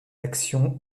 action